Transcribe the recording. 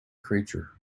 creature